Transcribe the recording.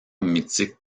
mythique